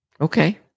Okay